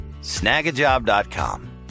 snagajob.com